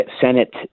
Senate